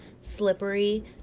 slippery